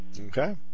Okay